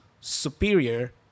superior